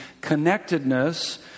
connectedness